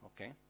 okay